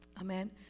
Amen